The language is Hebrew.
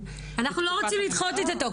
--- אנחנו לא רוצים לדחות את התחילה.